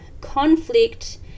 conflict